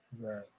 Right